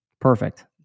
Perfect